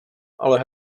ale